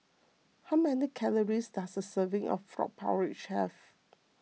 how many calories does a serving of Frog Porridge have